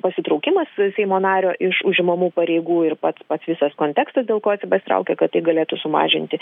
pasitraukimas seimo nario iš užimamų pareigų ir pats pats visas kontekstas dėl ko jisai pasitraukia kad tai galėtų sumažinti